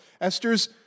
Esther's